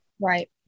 right